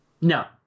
No